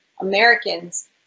Americans